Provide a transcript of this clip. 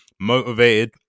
motivated